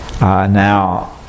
Now